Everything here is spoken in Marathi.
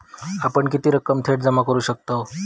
आपण किती रक्कम थेट जमा करू शकतव?